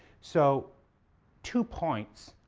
so two points,